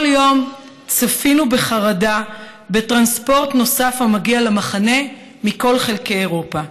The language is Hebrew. כל יום צפינו בחרדה בטרנספורט נוסף המגיע למחנה מכל חלקי אירופה.